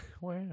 wow